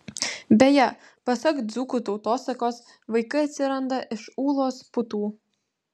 beje pasak dzūkų tautosakos vaikai atsiranda iš ūlos putų